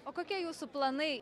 o kokie jūsų planai